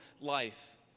life